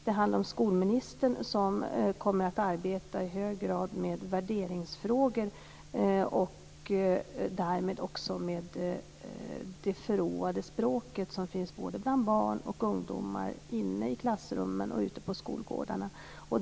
Det handlar om att skolministern i hög grad kommer att arbeta med värderingsfrågor och därmed också med det förråande språket bland barn och ungdomar, inne i klassrummen och ute på skolgårdarna.